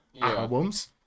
albums